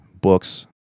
books